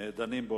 של כל